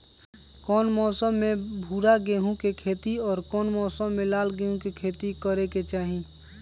कौन मौसम में भूरा गेहूं के खेती और कौन मौसम मे लाल गेंहू के खेती करे के चाहि?